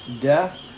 Death